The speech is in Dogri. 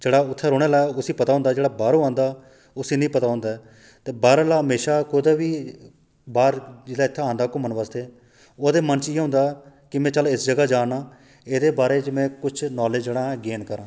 जेह्ड़ा उत्थे रौह्ने आह्ला उसी पता होंदा जेह्ड़ा बाह्रा आंदा उसी नेई पता होंदा ऐ ते बाह्रा आह्ला हमेशा कुतै बी बाह्र जिसले इत्थै आंदा घूमन बास्तै ओह्दे मन च इ'यै होंदा कि में चल इस जगह जारनां एह्दे बारे च में ना कुछ नालेज में ना गेन करां